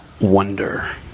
wonder